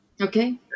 Okay